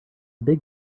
big